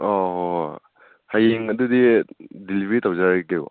ꯑꯧ ꯍꯣꯏ ꯍꯣꯏ ꯍꯌꯦꯡ ꯑꯗꯨꯗꯤ ꯗꯤꯂꯤꯕ꯭ꯔꯤ ꯇꯧꯖꯔꯒꯦꯀꯣ